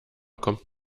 kommt